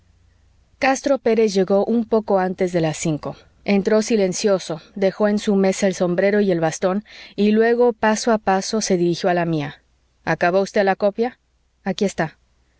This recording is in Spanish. castro pérez llegó un poco antes de las cinco entró silencioso dejó en su mesa el sombrero y el bastón y luego paso a paso se dirigió a la mía acabó usted la copia aquí está